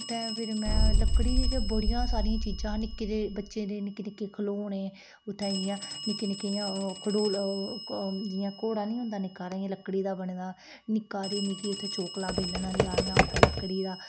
उत्थे फिर में लक्कड़ी दियां ते बड़ियां सारिया चीजां निक्के जेह बच्चे दे निक्के निक्के खिलौने उत्थे जियां निक्के निक्के इ'यां घड़ोलू जियां घोड़ा नेईं होंदा निक्का हारा इ'यां लकड़ी दा बने दा निक्की हारी मिगी उत्थे चौकला बेलना लेआ में उत्थे लकड़ी दा